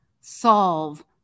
solve